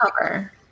cover